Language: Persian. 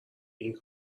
این